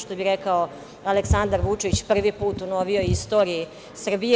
Što bi rekao Aleksandar Vučić – prvi put u novijoj istoriji Srbije.